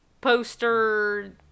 poster